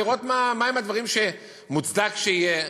לראות מה הם הדברים שמוצדק שיהיו.